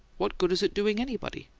what good is it doing anybody?